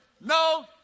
no